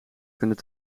kunnen